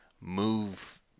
move